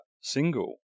single